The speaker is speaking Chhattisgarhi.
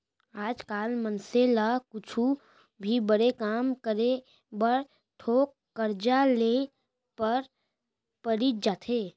आज काल मनसे ल कुछु भी बड़े काम करे बर थोक करजा लेहे बर परीच जाथे